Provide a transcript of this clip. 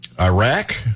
Iraq